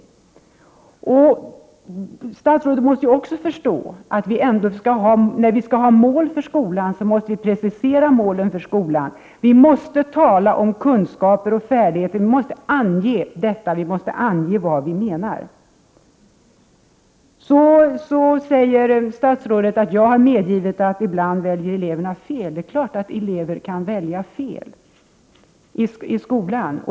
Statsrådet måste också förstå att vi, eftersom det skall finnas mål för skolan, måste precisera dessa. Vi måste tala om kunskaper och färdigheter. Vi måste ange vad vi menar. Statsrådet säger att jag har medgett att eleverna ibland väljer fel. Ja, det är klart att elever kan välja fel i skolan.